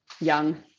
young